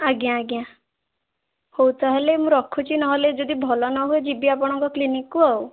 ଆଜ୍ଞା ଆଜ୍ଞା ହଉ ତାହେଲେ ମୁଁ ରଖୁଛି ନହେଲେ ଯଦି ଭଲ ନ ହୁଏ ଯିବି ଆପଣଙ୍କ କ୍ଲିନିକ୍ କୁ ଆଉ